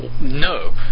No